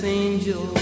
angel